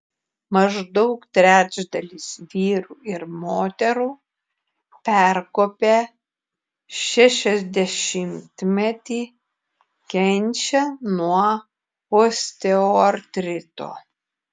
maždaug trečdalis vyrų ir moterų perkopę šešiasdešimtmetį kenčia nuo osteoartrito